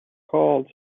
called